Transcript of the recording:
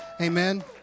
Amen